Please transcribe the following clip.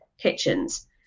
kitchens